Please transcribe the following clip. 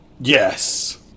Yes